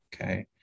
Okay